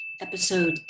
Episode